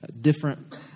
different